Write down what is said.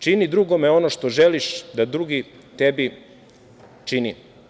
Čini drugima ono što želiš da drugi tebi čini.